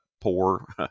poor